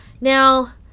Now